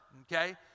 Okay